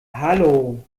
hallo